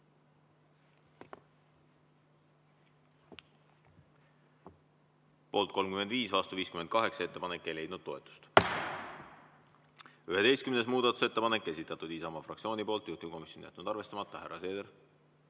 Poolt 35, vastu 58. Ettepanek ei leidnud toetust. 11. muudatusettepanek, esitatud Isamaa fraktsiooni poolt. Juhtivkomisjon on jätnud arvestamata. Härra Seeder!